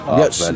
yes